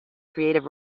creative